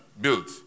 built